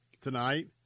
tonight